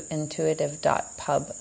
intuitive.pub